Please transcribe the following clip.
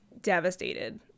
devastated